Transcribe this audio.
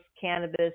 cannabis